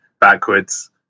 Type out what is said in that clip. backwards